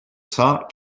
cent